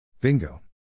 Bingo